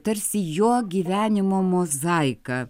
tarsi jo gyvenimo mozaika